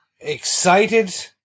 excited